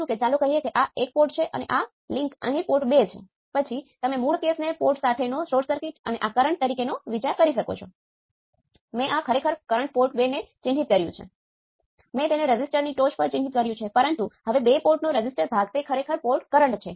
તેથી તેની સાથે જે જોડાયેલ છે તેના દ્વારા તે નક્કી થાય છે